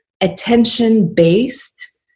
attention-based